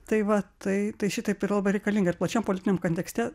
tai va tai tai šitaip yra labai reikalinga ir plačiam politiniam kontekste